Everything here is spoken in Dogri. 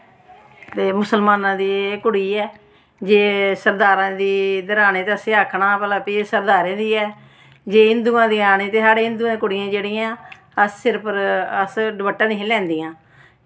ते मुसलमाना दी कुड़ी ऐ जे सरदारां दी इद्धर आनी ते उस्सी आखना भला फ्ही सरदारें दी ऐ जे हिन्दुआं दी आनी ते साढ़ी हिन्दुए दी कुड़ियां जेह्ड़ियां अस सिर पर अस दपट्टा नेईं हियां लैंदियां